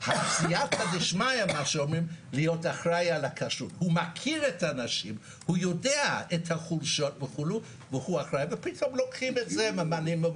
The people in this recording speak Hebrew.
אלא רפורמה בתהליכים וכשר הוא כשר מבחינתנו מפני שגם